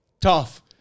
Tough